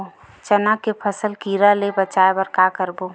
चना के फसल कीरा ले बचाय बर का करबो?